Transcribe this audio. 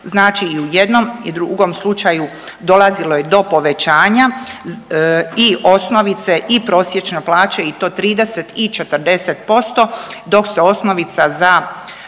znači i u jednom i u drugom slučaju dolazilo je do povećanja i osnovice i prosječne plaće i to 30 i 40% dok se osnovica za